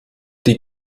die